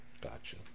Gotcha